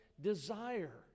desire